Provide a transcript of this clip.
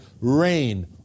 rain